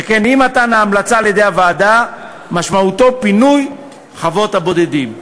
שכן אי-מתן ההמלצה על-ידי הוועדה משמעותו פינוי חוות הבודדים.